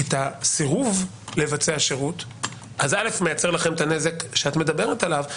הסירוב לבצע שירות מייצר לכם את הנזק שאת מדברת עליו,